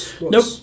Nope